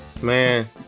Man